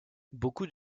beaucoup